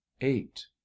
eight